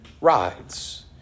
rides